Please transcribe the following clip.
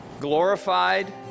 glorified